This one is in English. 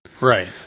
Right